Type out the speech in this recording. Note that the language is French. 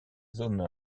zone